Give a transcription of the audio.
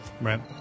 Right